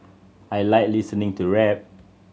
I like listening to rap